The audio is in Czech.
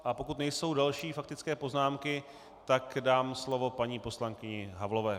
A pokud nejsou další faktické poznámky, tak dám slovo paní poslankyni Havlové.